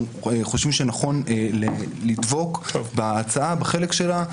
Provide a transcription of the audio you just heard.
אנחנו חושבים שנכון לדבוק בהצעה בחלק שלה,